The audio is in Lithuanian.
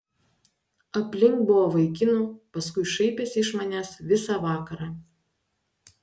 aplink buvo vaikinų paskui šaipėsi iš manęs visą vakarą